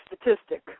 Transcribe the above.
statistic